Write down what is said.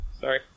Sorry